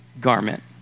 garment